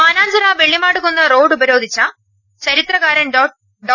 Mananchira Vellimadukunnu road ഉപരോധിച്ച ചരിത്രകാ രൻ ഡോ